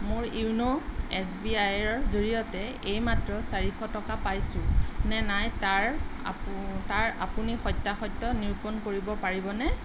মোৰ য়োন' S B I ৰ জৰিয়তে এইমাত্ৰ চাৰিশ টকা পাইছোঁ নে নাই তাৰ আপু তাৰ আপুনি সত্যাসত্য নিৰূপণ কৰিব পাৰিবনে